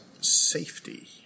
safety